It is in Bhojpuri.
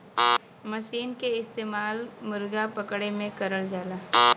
मसीन के इस्तेमाल मुरगा पकड़े में करल जाला